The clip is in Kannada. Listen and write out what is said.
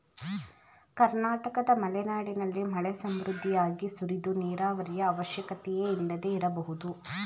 ಕರ್ನಾಟಕದ ಮಲೆನಾಡಿನಲ್ಲಿ ಮಳೆ ಸಮೃದ್ಧಿಯಾಗಿ ಸುರಿದು ನೀರಾವರಿಯ ಅವಶ್ಯಕತೆಯೇ ಇಲ್ಲದೆ ಇರಬಹುದು